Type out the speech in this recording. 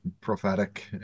prophetic